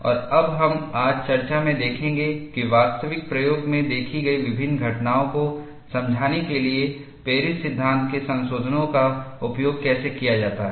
और अब हम आज चर्चा में देखेंगे कि वास्तविक प्रयोग में देखी गई विभिन्न घटनाओं को समझाने के लिए पेरिस सिद्धांत के संशोधनों का उपयोग कैसे किया जाता है